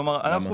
למה?